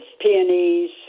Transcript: peonies